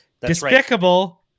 Despicable